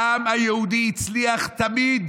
העם היהודי הצליח תמיד